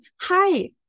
hi